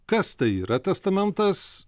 kas tai yra testamentas